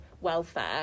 welfare